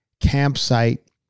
campsite